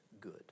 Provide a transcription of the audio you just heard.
good